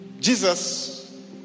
Jesus